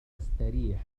تستريح